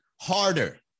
harder